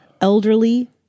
elderly